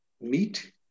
meat